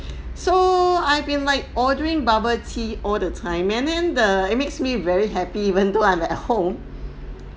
so I've been like ordering bubble tea all the time and then the it makes me very happy even though I'm at home